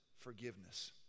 forgiveness